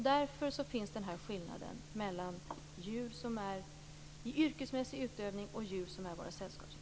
Därför finns den här skillnaden mellan djur som är i yrkesmässig utövning och djur som är våra sällskapsdjur.